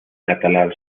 catalán